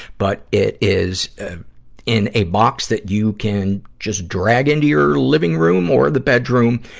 but it is in a box that you can just drag into your living room or the bedroom.